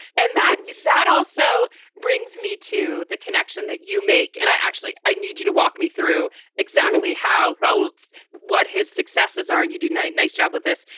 and that that also brings me to the connection that you make. and i actually i need you to walk me through exactly how how that's what his successors are. and you do knight, nice job with this.